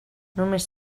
només